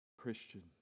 Christian